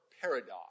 paradox